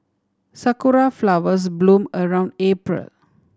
sakura flowers bloom around April